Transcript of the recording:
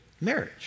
marriage